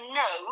no